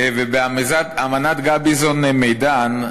אמנת גביזון-מדן,